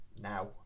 now